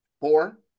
Four